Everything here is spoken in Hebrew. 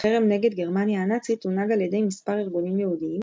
החרם נגד גרמניה הנאצית הונהג על ידי מספר ארגונים יהודיים,